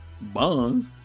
Bonds